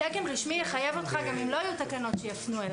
תקן רשמי יחייב אותך גם אם לא יהיו תקנות שיפנו אליו.